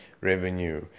revenue